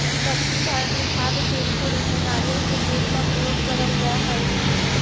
दक्षिण भारत में खाद्य तेल के रूप में नारियल के तेल का प्रयोग करल जा हई